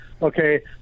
okay